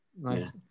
Nice